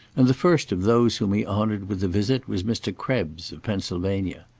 and the first of those whom he honoured with a visit was mr. krebs, of pennsylvania.